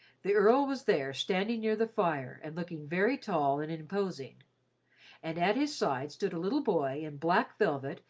the earl was there standing near the fire and looking very tall and and imposing and at his side stood a little boy in black velvet,